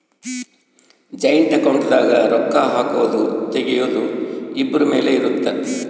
joint account ದಾಗ ರೊಕ್ಕ ಹಾಕೊದು ತೆಗಿಯೊದು ಇಬ್ರು ಮೇಲೆ ಇರುತ್ತ